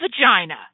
vagina